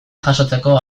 jasotzeko